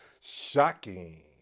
shocking